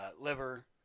liver